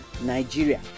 nigeria